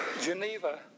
Geneva